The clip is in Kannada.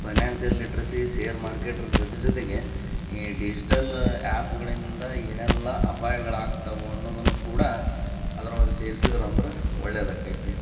ಫೈನಾನ್ಸಿಯಲ್ ಲಿಟ್ರಸಿ ಸೇರ್ ಮಾರ್ಕೇಟ್ರ್ ಜೊತೆ ಜೊತೆಗೆ ಈ ಡಿಜಿಟಲ ಆ್ಯಪ್ಗಳಿಂದ ಏನೆಲ್ಲ ಅಪಾಯಗಳಾಗ್ತಾವೋ ಅನ್ನೋದನ್ನು ಕೂಡ ಅದ್ರೊಳಗೆ ಸೇರ್ಸಿದ್ರಂದ್ರೆ ಒಳ್ಳೆದಾಕ್ಕೈತಿ